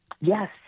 Yes